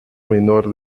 menor